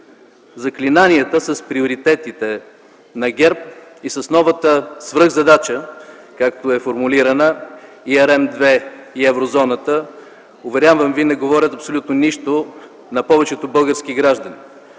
Заклинанията с приоритетите на ГЕРБ и новата свръхзадача, както е формулирана – ERM-2 и еврозоната, уверявам ви, не говорят абсолютно нищо на повечето български граждани